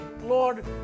Lord